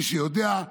מי שיודע,